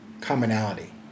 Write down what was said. commonality